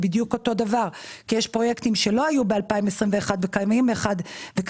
זה בדיוק אותו דבר כי יש פרויקטים שלא היו ב-2021 וקיימים היום,